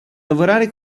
lavorare